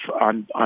on